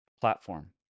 platform